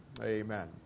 Amen